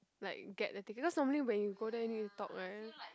like get the ticket cause normally when you go there you need to talk right